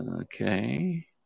okay